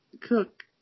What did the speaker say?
cook